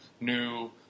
New